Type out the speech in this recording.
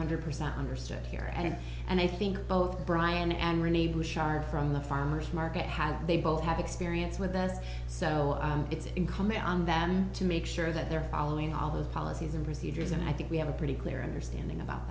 hundred percent understood here and and i think both brian and renee bouchard from the farmer's market have they both have experience with us so it's incumbent on them to make sure that they're following all those policies and procedures and i think we have a pretty clear understanding about